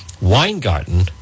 Weingarten